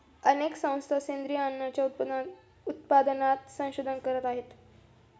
अनेक संस्था सेंद्रिय अन्नाच्या उत्पादनात संशोधन करत आहेत